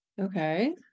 Okay